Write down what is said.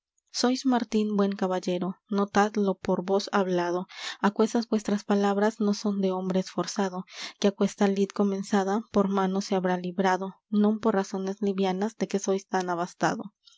sois martín buen caballero notad lo por vos hablado aquesas vuestras palabras no son de hombre esforzado que aquesta lid comenzada por manos se habrá librado non por razones livianas de que sois tan abastado